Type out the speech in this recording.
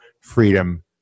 freedom